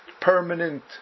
permanent